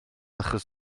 achos